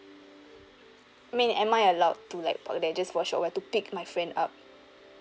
I mean am I allowed to like park there just for a short while to pick my friend up